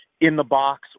in-the-box